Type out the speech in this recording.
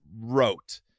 wrote